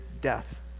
death